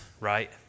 right